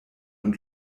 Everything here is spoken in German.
und